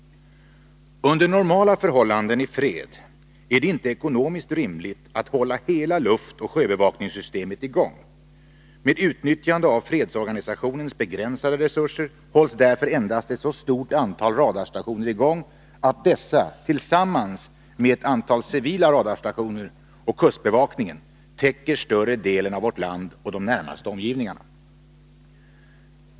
Under normala förhållanden i fred är det inte ekonomiskt rimligt att hålla hela luftoch sjöbevakningssystemet i gång. Med utnyttjande av fredsorganisationens begränsade resurser hålls därför endast ett så stort antal radarstationer i gång att dessa — tillsammans med ett antal civila radarstationer och kustbevakningen — täcker större delen av vårt land och de närmaste omgivningarna.